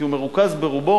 כי הוא מרוכז ברובו,